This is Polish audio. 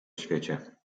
świecie